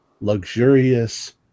luxurious